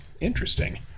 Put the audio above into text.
Interesting